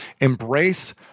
embrace